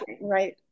right